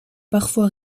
parfois